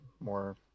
more